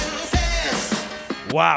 Wow